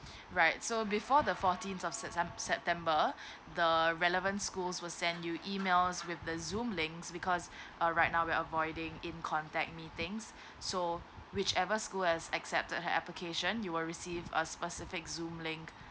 right so before the fourteenth of septem~ september the relevant schools will send you emails with the zoom links because uh right now we are avoiding in contact meeting so whichever school has accepted her application you will receive a specific zoom link